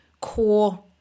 core